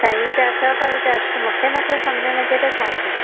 साईं त असां पर चयोसि मूंखे नथो सम्झि में अचे त छा कयां